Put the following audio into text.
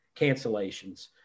cancellations